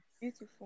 beautiful